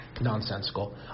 nonsensical